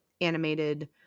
animated